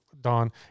Don